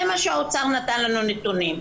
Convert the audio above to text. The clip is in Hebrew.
זה מה שהאוצר נתן לנו נתונים.